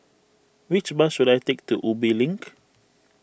which bus should I take to Ubi Link